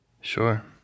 Sure